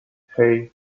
hey